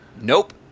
Nope